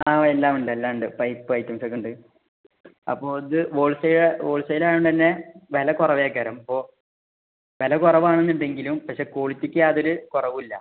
ആ എല്ലാം ഉണ്ട് എല്ലാം ഉണ്ട് പൈപ്പ് ഐറ്റംസൊക്കെ ഉണ്ട് അപ്പോൾ ഇത് ഹോൾസെയിൽ ഹോൾസെയിൽ ആയത് കൊണ്ട് തന്നെ വില കുറവായിരിക്കും അപ്പോൾ വില കുറവാണെന്ന് ഉണ്ടെങ്കിലും പക്ഷെ ക്വാളിറ്റിക്ക് യാതൊരു കുറവും ഇല്ല